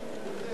גם לומר